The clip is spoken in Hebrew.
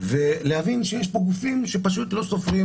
ולהבין שיש פה גופים שפשוט לא סופרים,